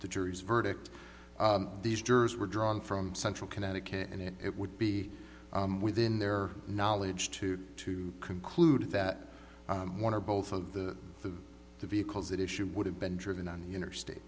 the jury's verdict these jurors were drawn from central connecticut and it would be within their knowledge to to conclude that one or both of the vehicles that issue would have been driven on the interstate